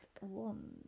one